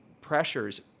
pressures